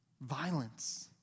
violence